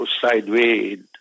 sideways